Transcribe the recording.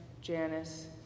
Janice